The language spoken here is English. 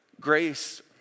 Grace